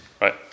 Right